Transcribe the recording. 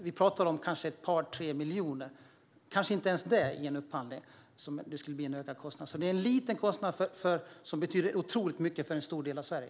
Vi pratar om kanske ett par tre miljoner i ökade kostnader, kanske inte ens det, i en upphandling - en liten kostnad som betyder otroligt mycket för en stor del av Sverige.